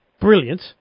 Brilliant